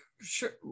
sure